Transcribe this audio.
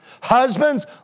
Husbands